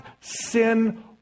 sin